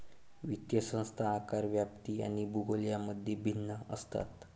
वित्तीय संस्था आकार, व्याप्ती आणि भूगोल यांमध्ये भिन्न असतात